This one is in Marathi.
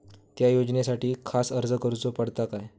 त्या योजनासाठी खास अर्ज करूचो पडता काय?